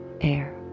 air